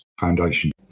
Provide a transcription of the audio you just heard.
foundation